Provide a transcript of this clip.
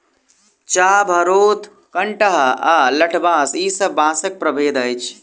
चाभ, हरोथ, कंटहा आ लठबाँस ई सब बाँसक प्रभेद अछि